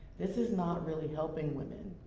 this is not really helping women.